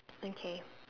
okay